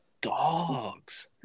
dogs